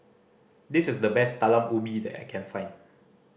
this is the best Talam Ubi that I can find